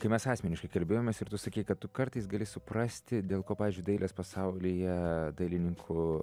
kai mes asmeniškai kalbėjomės ir tu sakei kad tu kartais gali suprasti dėl ko pavyzdžiui dailės pasaulyje dailininkų